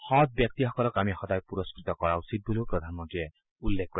সং ব্যক্তিসকলক আমি সদায় পূৰস্থত কৰা উচিত বুলিও প্ৰধানমন্ত্ৰীয়ে উল্লেখ কৰে